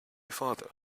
farther